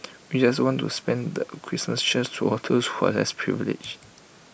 we just want to spend the Christmas cheer to all those who are less privilege